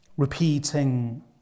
Repeating